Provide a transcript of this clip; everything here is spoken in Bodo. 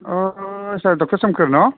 अह सार डक्टर सोमखोर ना